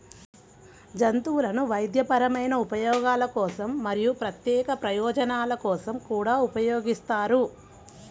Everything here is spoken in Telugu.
జంతువులను వైద్యపరమైన ఉపయోగాల కోసం మరియు ప్రత్యేక ప్రయోజనాల కోసం కూడా ఉపయోగిస్తారు